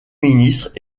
ministres